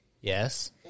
Yes